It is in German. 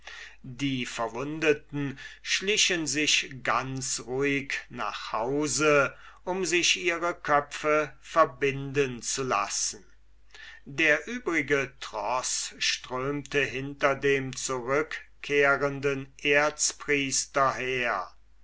die verwundeten schlichen sich ganz geruhig nach hause um sich ihre köpfe verbinden zu lassen der übrige troß strömte hinter dem zurückkehrenden erzpriester her